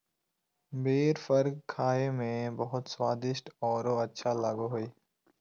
बेर फल खाए में बहुत स्वादिस्ट औरो अच्छा लगो हइ